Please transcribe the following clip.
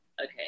Okay